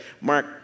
Mark